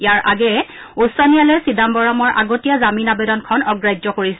ইয়াৰ আগেয়ে উচ্চ ন্যায়ালয়ে চিদাম্বৰমক আগতীয়া জামিন আবেদনখন অগ্ৰাহ্য কৰিছিল